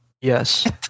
Yes